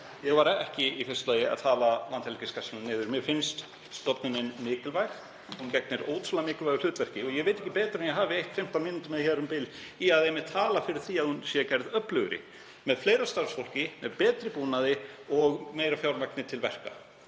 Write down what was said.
Ég var í fyrsta lagi ekki að tala Landhelgisgæsluna niður. Mér finnst stofnunin mikilvæg. Hún gegnir ótrúlega mikilvægu hlutverki og ég veit ekki betur en að ég hafi eytt 15 mínútum eða hér um bil einmitt í að tala fyrir því að hún sé gerð öflugri, með fleira starfsfólki, með betri búnaði og meira fjármagni til verka.